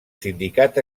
sindicat